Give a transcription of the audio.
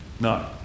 No